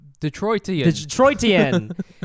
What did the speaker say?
Detroitian